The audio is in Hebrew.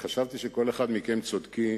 כשחשבתי שכל אחד מכם צודק,